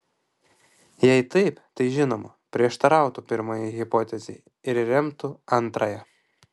jei taip tai žinoma prieštarautų pirmajai hipotezei ir remtų antrąją